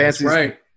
Right